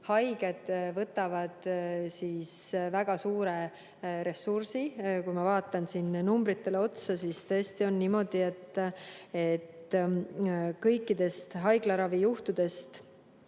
haiged võtavad väga suure ressursi. Kui ma vaatan siin numbritele otsa, siis tõesti on niimoodi, et kõikidest haiglaravijuhtudest